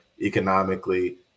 economically